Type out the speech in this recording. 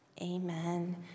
Amen